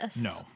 No